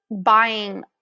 buying